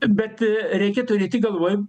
bet reikia turėti galvoj